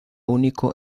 único